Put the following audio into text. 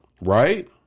right